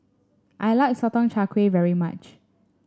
I like Sotong Char Kway very much